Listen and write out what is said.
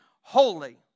holy